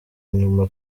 nyuma